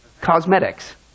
cosmetics